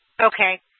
Okay